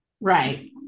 Right